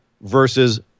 versus